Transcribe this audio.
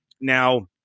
Now